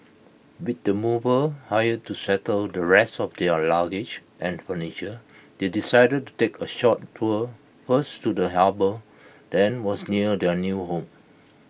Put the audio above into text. with the movers hired to settle the rest of their luggage and furniture they decided to take A short tour first to the harbour then was near their new home